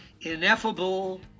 ineffable